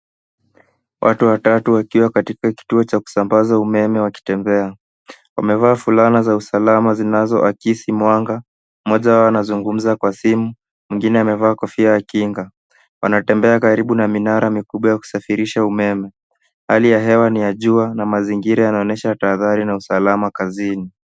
Watu watatu wakiwa katika kituo cha kusambaza umeme wakitembea. Wamevaa fulana za usalama zinazoakisi mwanga. Mmoja wao anazungumza kwa simu, mwingine amevaa kofia ya kinga. Wanatembea karibu na minara mikubwa ya kusafirisha umeme. Hali ya hewa ni ya jua na mazingira yanaonyesha tahadhari na usalama kazini.